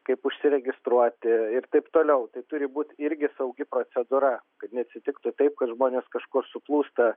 kaip užsiregistruoti ir taip toliau tai turi būt irgi saugi procedūra kad neatsitiktų taip kad žmonės kažkur suplūsta